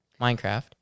Minecraft